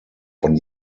von